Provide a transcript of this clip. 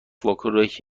واکنش